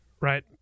right